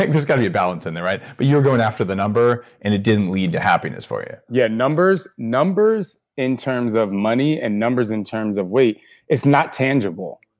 like there's got to be a balance in there, right? but you were going after the number, and it didn't lead to happiness for you yeah, numbers numbers in terms of money and numbers in terms of weight is not tangible.